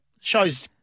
Show's